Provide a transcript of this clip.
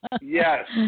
Yes